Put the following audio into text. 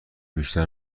بیشتر